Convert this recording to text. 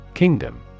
Kingdom